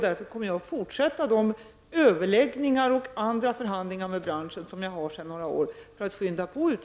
Därför kommer jag för att skynda på utvecklingen att fortsätta de överläggningar och andra förhandlingar med branschen som jag sedan några år har fört.